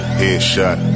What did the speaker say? headshot